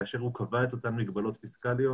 כאשר הוא קבע את אותן מגבלות פיסקליות,